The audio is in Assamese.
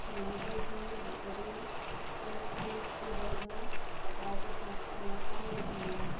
মই সেইখিনি হেৰি কৰি থৈ পানীত সিজাই লৈ তাৰপিছত মই পনীৰখিনি দিওঁ